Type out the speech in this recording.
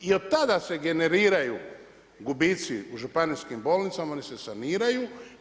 I od tada se generiraju gubitci u županijskim bolnicama, oni se saniraju.